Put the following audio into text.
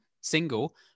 single